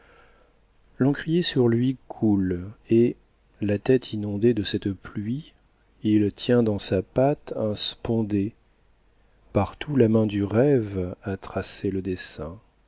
l'encrier sur lui coule et la tête inondée de cette pluie il tient dans sa patte un spondée partout la main du rêve a tracé le dessin